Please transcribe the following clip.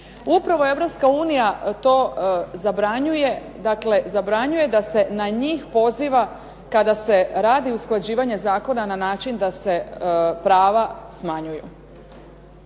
Upravo Europska unija to zabranjuje, dakle zabranjuje da se na njih poziva kada se radi usklađivanja zakona na način da se prava smanjuju.